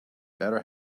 better